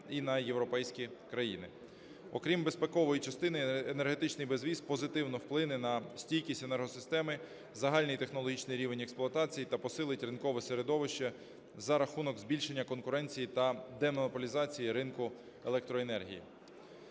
і на європейські країни. Окрім безпекової частини, енергетичний безвіз позитивно вплине на стійкість енергосистеми, загальний технологічний рівень експлуатації та посилить ринкове середовище за рахунок збільшення конкуренції та демонополізації ринку електроенергії.